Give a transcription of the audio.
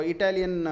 Italian